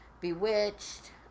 Bewitched